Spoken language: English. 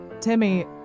Timmy